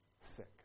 sick